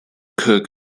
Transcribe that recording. cook